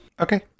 Okay